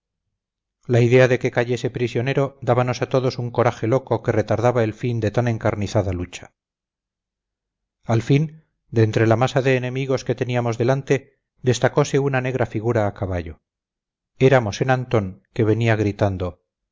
la idea de que cayese prisionero dábanos a todos un coraje loco que retardaba el fin de tan encarnizada lucha al fin de entre la masa de enemigos que teníamos delante destacose una negra figura a caballo era mosén antón que venía gritando